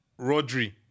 Rodri